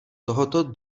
tohoto